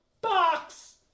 box